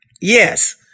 Yes